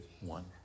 one